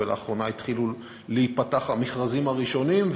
ולאחרונה התחילו להיפתח המכרזים הראשונים,